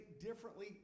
differently